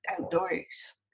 outdoors